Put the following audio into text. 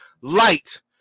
light